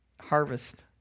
harvest